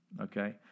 Okay